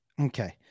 okay